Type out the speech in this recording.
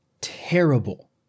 terrible